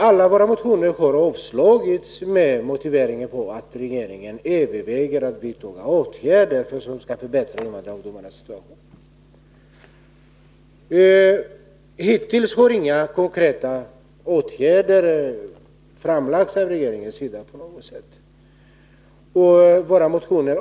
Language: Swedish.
Alla våra motioner har avslagits med motiveringen att regeringen överväger att vidta åtgärder som skall förbättra invandrarungdomarnas situation.